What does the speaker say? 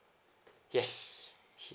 yes